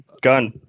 gun